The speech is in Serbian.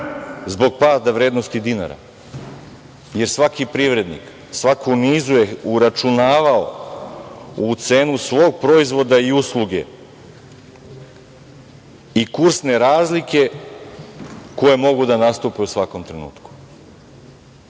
Zbog pada vrednosti dinara, jer svaki privrednik, svako u nizu je uračunavao u cenu svog proizvoda i usluge i kursne razlike koje mogu da nastupe u svakom trenutku. Znači,